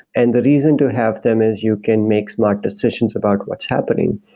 and the reason to have them is you can make smart decisions about what's happening.